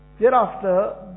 Thereafter